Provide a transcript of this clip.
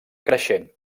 creixent